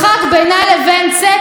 גם אליך אני אגיע.